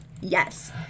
Yes